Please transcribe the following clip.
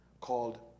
called